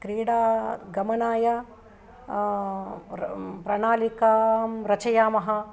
क्रीडा गमनाय र् प्रणालिकां रचयामः